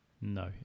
No